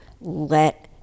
let